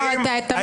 חזרתי.